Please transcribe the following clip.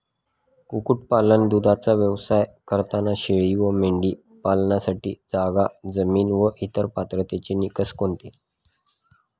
कुक्कुटपालन, दूधाचा व्यवसाय करताना शेळी व मेंढी पालनासाठी जागा, जमीन व इतर पात्रतेचे निकष कोणते?